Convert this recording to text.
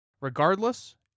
Regardless